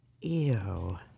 Ew